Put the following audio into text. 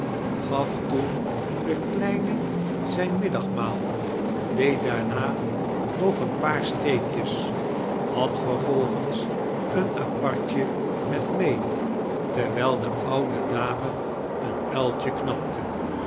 gaf toen den kleine zijn middagmaal deed daama nog een paar steekjes had vervolgens een apartje met may terwijl de oude dame een uiltje knapte